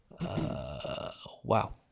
Wow